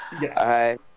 Yes